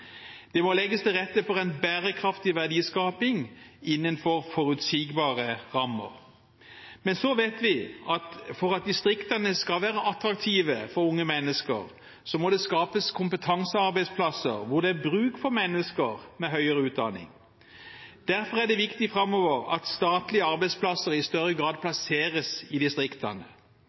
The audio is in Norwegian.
Det må legges til rette for en bærekraftig verdiskaping innenfor forutsigbare rammer. Men så vet vi at for at distriktene skal være attraktive for unge mennesker, må det skapes kompetansearbeidsplasser der det er bruk for mennesker med høyere utdanning. Derfor er det viktig framover at statlige arbeidsplasser i større grad